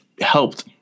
helped